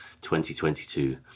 2022